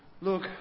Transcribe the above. look